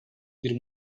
bir